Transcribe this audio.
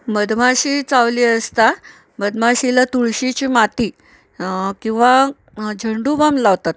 मधमाशी चावली असता मधमाशीला तुळशीची माती किंवा झंडू बाम लावतात